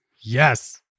Yes